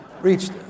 reached